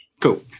Cool